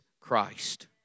Christ